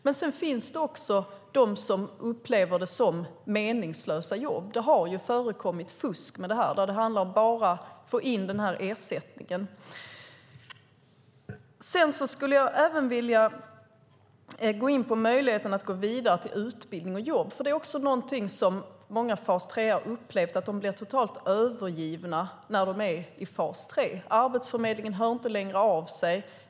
Men sedan finns det också de som upplever det som meningslösa jobb. Det har förekommit fusk med detta där det bara handlat om att få ersättningen. Jag vill även komma in på möjligheten att gå vidare till utbildning och jobb. Någonting som många fas 3:are upplevt är att de blir totalt övergivna när de är i fas 3. Arbetsförmedlingen hör inte längre av sig.